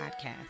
podcast